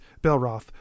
Belroth